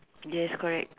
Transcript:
yes correct